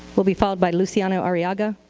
will be followed by luciano ariaga.